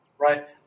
Right